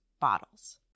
bottles